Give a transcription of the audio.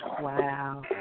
Wow